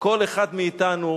כל אחד מאתנו